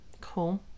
Cool